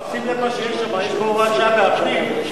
לא,